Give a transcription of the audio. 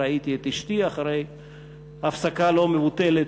ראיתי את אשתי אחרי הפסקה לא מבוטלת.